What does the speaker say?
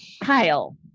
kyle